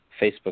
Facebook